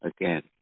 Again